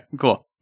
Cool